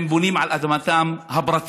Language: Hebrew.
הם בונים על אדמתם הפרטית,.